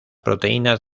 proteínas